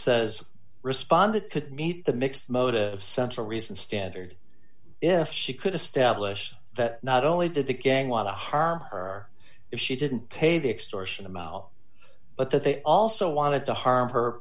says responded could meet the mixed motives central reason standard if she could establish that not only did the gang want to harm her if she didn't pay the extortion a mile but that they also wanted to harm her